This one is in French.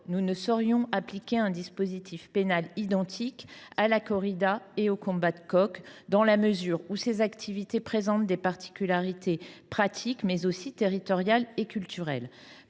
nous ne saurions appliquer un dispositif pénal identique aux corridas et aux combats de coqs, dans la mesure où ces activités présentent des différences non seulement pratiques, mais aussi territoriales et culturelles.